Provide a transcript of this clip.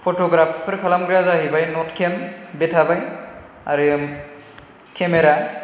फट'ग्राफफोर खालामग्राया जाहैबाय नट केम बे थाबाय आरो केमेरा